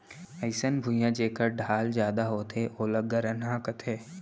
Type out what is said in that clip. अइसन भुइयां जेकर ढाल जादा होथे ओला गरनहॉं कथें